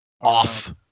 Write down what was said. off